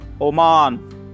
Oman